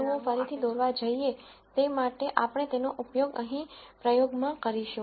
તેથી જો આ પોઇન્ટસ ફરીથી દોરવા જઈએ તે માટે આપણે તેનો ઉપયોગ અહી પ્રયોગમાં કરીશું